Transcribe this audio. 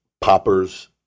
poppers